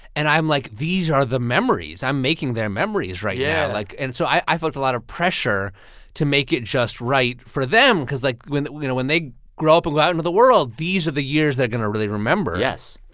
and i'm like, these are the memories. i'm making their memories right now yeah like and so i felt a lot of pressure to make it just right for them because, like, you know, when they grow up and go out into the world, these are the years they're going to really remember yes.